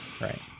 right